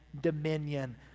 dominion